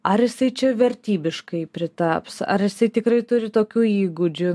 ar jisai čia vertybiškai pritaps ar jisai tikrai turi tokių įgūdžių